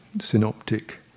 synoptic